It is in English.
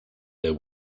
there